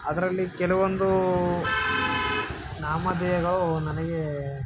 ಅದರಲ್ಲಿ ಕೆಲವೊಂದು ನಾಮಧೇಯಗಳು ನನಗೆ